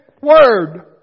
Word